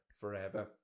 forever